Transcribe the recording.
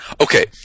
okay